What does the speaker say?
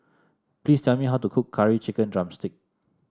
please tell me how to cook Curry Chicken drumstick